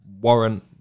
warrant